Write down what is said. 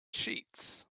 sheets